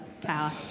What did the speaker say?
Tower